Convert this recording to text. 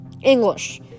English